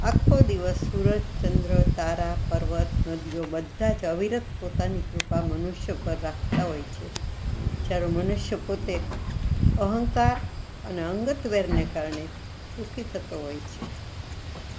આખો દિવસ સૂરજ ચંદ્ર તારા પર્વત નદીઓ બધાં જ અવિરત પોતાની કૃપા મનુષ્યો પર રાખતાં હોય છે જ્યારે મનુષ્ય પોતે અહંકાર અને અંગત વેરને કારણે દુઃખી થતો હોય છે